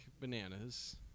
bananas